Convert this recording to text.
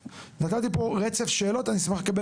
נתתי פה רצף שאלות, אני אשמח לקבל